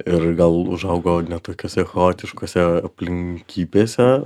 ir gal užaugo ne tokiose chaotiškose aplinkybėse